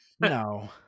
No